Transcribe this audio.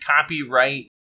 copyright